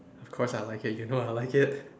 of course I like it you know I like it